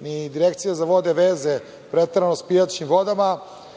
ni Direkcija za vode veze preterano sa pijaćim vodama,